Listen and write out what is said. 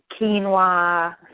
quinoa